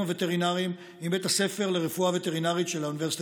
הווטרינריים ושל בית הספר לרפואה וטרינרית של האוניברסיטה